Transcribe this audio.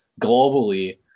globally